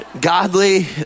Godly